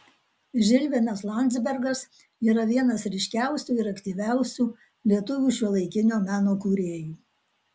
žilvinas landzbergas yra vienas ryškiausių ir aktyviausių lietuvių šiuolaikinio meno kūrėjų